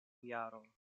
jaron